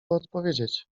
odpowiedzieć